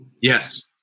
Yes